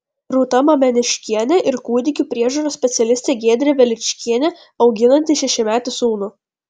rūta mameniškienė ir kūdikių priežiūros specialistė giedrė veličkienė auginanti šešiametį sūnų